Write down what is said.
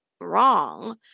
wrong